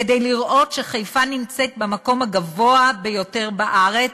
כדי לראות שחיפה נמצאת במקום הגבוה ביותר בארץ,